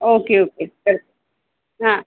okay okay बरं हां